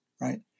right